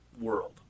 world